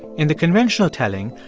in the conventional telling,